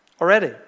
already